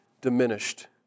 diminished